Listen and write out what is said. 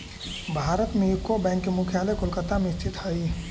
भारत में UCO bank के मुख्यालय कोलकाता में स्थित हइ